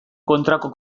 kontrako